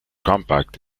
compact